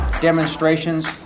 demonstrations